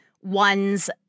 ones